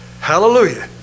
Hallelujah